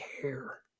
care